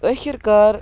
ٲخِر کار